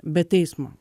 be teismo